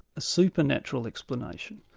a supernatural explanation.